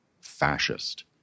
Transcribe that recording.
fascist